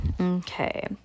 Okay